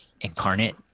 incarnate